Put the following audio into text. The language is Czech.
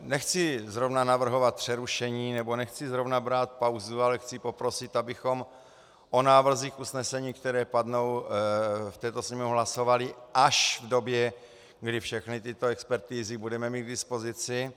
Nechci zrovna navrhovat přerušení nebo nechci zrovna brát pauzu, ale chci poprosit, abychom o návrzích usnesení, které padnou v této Sněmovně, hlasovali až v době, kdy všechny tyto expertizy budeme mít k dispozici.